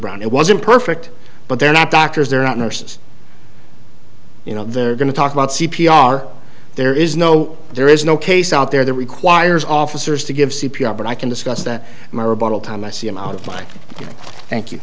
brown it wasn't perfect but they're not doctors they're not nurses you know they're going to talk about c p r there is no there is no case out there that requires officers to give c p r but i can discuss that my rebuttal time i see him out like thank you